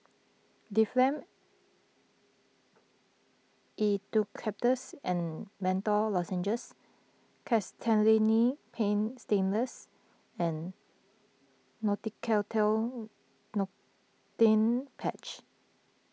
Difflam Eucalyptus and Menthol Lozenges Castellani's Paint Stainless and Nicotinell Nicotine Patch